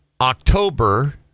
October